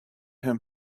him